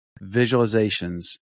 visualizations